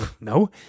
no